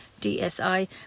dsi